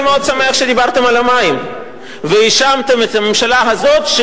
אני מאוד שמח שדיברתם על המים והאשמתם את הממשלה הזאת,